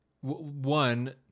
One